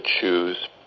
choose